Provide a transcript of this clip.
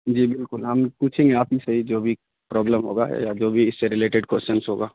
جی بالکل ہم پوچھیں گے آپ ہی سے جو بھی پرابلم ہوگا یا جو بھی اس سے ریلیٹڈ کوئسچنس ہوگا